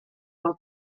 del